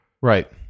Right